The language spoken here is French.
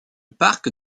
park